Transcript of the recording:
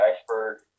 iceberg